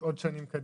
לעוד שנים קדימה.